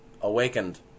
awakened